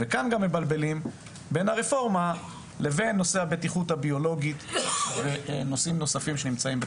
כאן גם מבלבלים בין הרפורמה לבין נושא הבטיחות הביולוגית ונושאים אחרים.